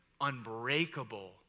unbreakable